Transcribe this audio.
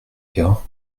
gars